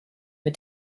mit